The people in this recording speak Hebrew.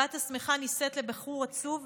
הבת השמחה נישאת לבחור עצוב,